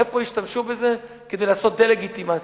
איפה השתמשו בזה כדי לעשות דה-לגיטימציה.